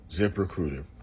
ZipRecruiter